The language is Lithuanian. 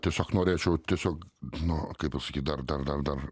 tiesiog norėčiau tiesiog nu kaip pasakyt dar dar dar dar